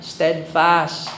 Steadfast